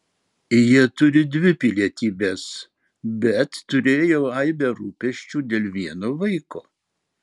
jie turi dvi pilietybes bet turėjau aibę rūpesčių dėl vieno vaiko